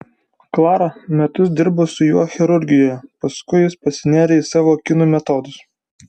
klara metus dirbo su juo chirurgijoje paskui jis pasinėrė į savo kinų metodus